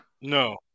No